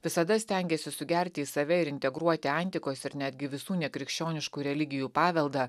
visada stengėsi sugerti į save ir integruoti antikos ir netgi visų nekrikščioniškų religijų paveldą